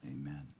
amen